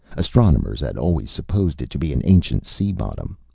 astronomers had always supposed it to be an ancient sea-bottom.